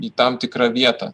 į tam tikrą vietą